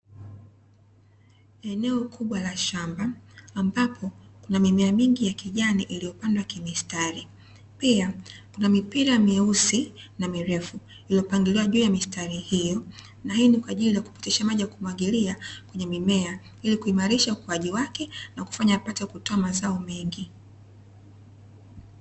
Eneo kubwa la shamba, ambapo kuna mimea mingi ya kijani iliyopandwa kimistari, pia kuna mipira meusi na mirefu iliyopangiliwa juu ya mistari hiyo. Na hii ni kwa ajili ya kupitisha maji ya kumwagilia kwenye mimea, ili kuimarisha ukuaji wake na kufanya yapate kutoa mazao mengi.